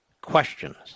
questions